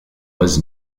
was